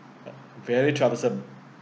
very troublesome